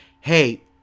hey